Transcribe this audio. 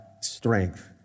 strength